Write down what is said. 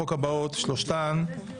חוק ההוצאה לפועל (תיקון מס' 73)(תחליף